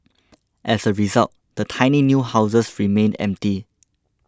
as a result the tiny new houses remained empty